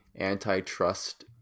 antitrust